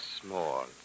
Small